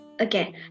Okay